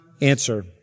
answer